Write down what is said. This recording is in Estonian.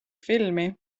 filmi